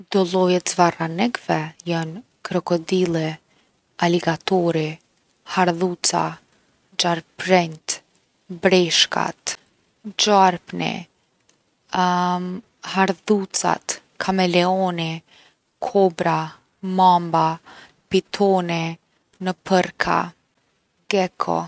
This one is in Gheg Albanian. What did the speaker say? Do lloje t’zvarranikve jon krokodili, aligatori, hardhuca, gjarprinjt, breshkat, gjarpni, hardhucat, kameleoni, kobra, mamba, pitoni, nëpërka, geko.